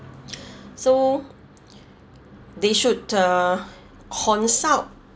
so they should consult